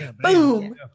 Boom